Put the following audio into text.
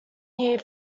here